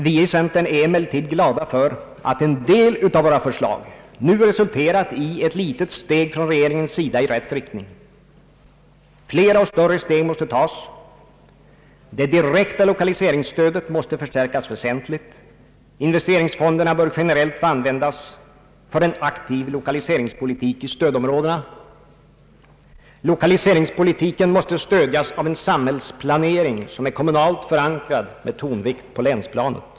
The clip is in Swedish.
Vi i centern är emellertid glada för att en del av våra förslag nu resulterat i ett litet steg från regeringens sida i rätt riktning. Flera och större steg måste tas. Det direkta lokaliseringsstödet måste förstärkas väsentligt. Investeringsfonderna bör generellt få användas för en aktiv lokaliseringspolitik i stödområdena. <Lokaliseringspolitiken måste stödjas av en samhällsplanering, som är kommunalt förankrad med tonvikt på länsplanet.